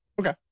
okay